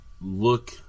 look